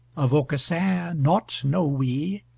of aucassin nought know we,